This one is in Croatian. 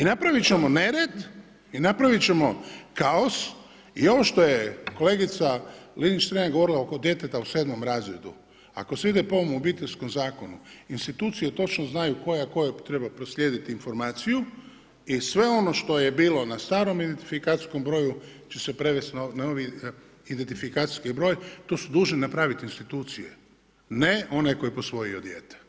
I napravit ćemo nered i napravit ćemo kaos i ovo što je kolegice Linić Strenja govorila oko djeteta u sedmom razredu, ako se ide po ovom Obiteljskom zakonu, institucije točno znaju koja kojoj treba proslijediti informaciju i sve ono što je bilo na starom identifikacijskom broju će se prevest na novi identifikacijski broj, to su dužni napravit institucije, ne onaj koji je posvojio dijete.